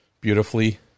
beautifully